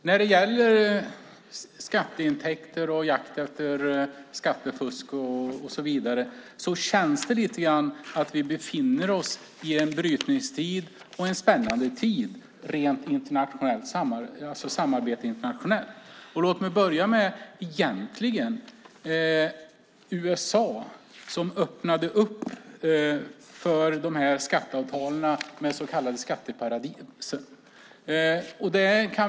Herr talman! När det gäller skatteintäkter och jakt på skattefusk känns det som om vi befinner oss i en brytningstid och en spännande tid i internationellt samarbete. Det började med USA som öppnade för skatteavtalen med så kallade skatteparadis.